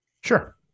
Sure